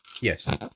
Yes